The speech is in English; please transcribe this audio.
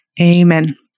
Amen